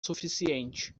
suficiente